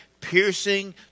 piercing